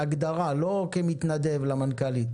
בהגדרה, לא כמתנדב למנכ"לית.